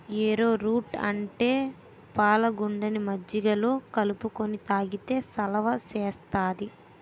ఏరో route అంటే పాలగుండని మజ్జిగలో కలుపుకొని తాగితే సలవ సేత్తాది